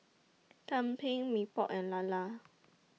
Tumpeng Mee Pok and Lala